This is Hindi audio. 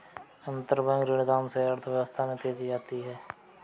अंतरबैंक ऋणदान से अर्थव्यवस्था में तेजी आती है